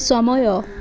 ସମୟ